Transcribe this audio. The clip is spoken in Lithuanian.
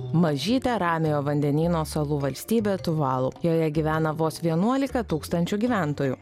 mažytė ramiojo vandenyno salų valstybė tuvalu joje gyvena vos vienuolika tūkstančių gyventojų